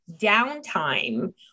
downtime